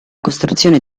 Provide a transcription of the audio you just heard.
costruzione